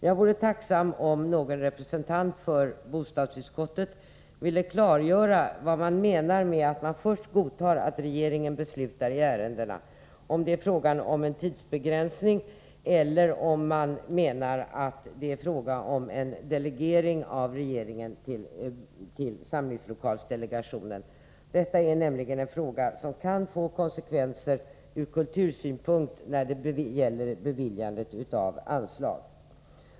Jag vore tacksam om någon representant för bostadsutskottet ville klargöra vad utskottet menar med denna skrivning — man godtar som sagt först att regeringen beslutar i ärendena. Är det fråga om en tidsbegränsning, eller menar utskottet att det är fråga om en delegering från regeringen till samlingslokaldelegationen? Frågan kan få konsekvenser ur kultursynpunkt när det gäller beviljandet av anslag.